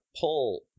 pull –